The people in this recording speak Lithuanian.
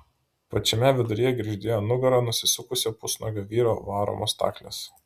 pačiame viduryje girgždėjo nugara nusisukusio pusnuogio vyro varomos staklės